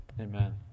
Amen